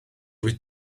wyt